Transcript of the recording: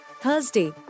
Thursday